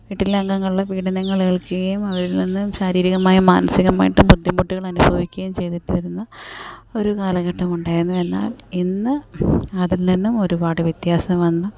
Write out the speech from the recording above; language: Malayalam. വീട്ടിലെ അംഗങ്ങളുടെ പീഡനങ്ങൾ ഏൽക്കുകയും അവരിൽ നിന്ന് ശാരീരികമായ മാനസികമായിട്ടും ബുദ്ധിമുട്ടുകൾ അനുഭവിക്കുകയും ചെയ്തിട്ട് വരുന്ന ഒരു കാലഘട്ടമുണ്ടായിരുന്നു എന്നാൽ ഇന്ന് അതിൽ നിന്നും ഒരുപാട് വ്യത്യാസം വന്നു